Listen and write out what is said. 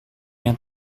yang